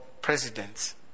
presidents